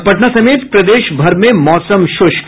और पटना समेत प्रदेश भर में मौसम शुष्क